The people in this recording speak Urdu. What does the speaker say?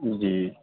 جی